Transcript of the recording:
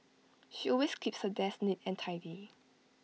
she always keeps her desk neat and tidy